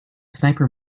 sniper